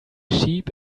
sheep